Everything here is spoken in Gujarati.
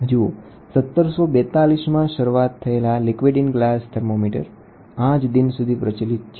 જુઓ ૧૭૪૨માં શરૂઆત થયેલ આ લિક્વિડ ઈન ગ્લાસ થર્મોમીટર આજ દિન સુધી પ્રચલિત છે